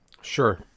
Sure